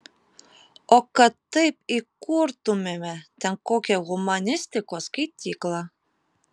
o kad taip įkurtumėme ten kokią humanistikos skaityklą